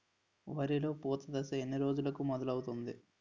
వరిలో పూత దశ ఎన్ని రోజులకు మొదలవుతుంది?